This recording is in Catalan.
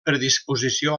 predisposició